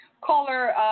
Caller